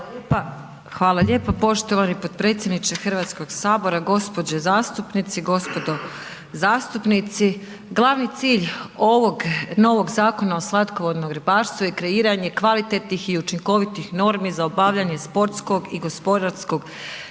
Hvala lijepa. Poštovani potpredsjedniče Hrvatskog sabora, gospođe zastupnici, gospodo zastupnici glavni cilj ovog novog Zakona o slatkovodnom ribarstvu je kreiranje kvalitetnih i učinkovitih normi za obavljanje sportskog i gospodarskog ribolova